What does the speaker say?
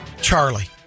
Charlie